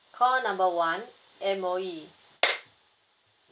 call number one M_O_E